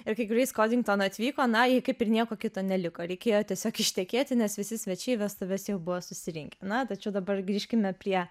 ir kai greis kodington atvyko na jai kaip ir nieko kito neliko reikėjo tiesiog ištekėti nes visi svečiai į vestuves jau buvo susirinkę na tačiau dabar grįžkime prie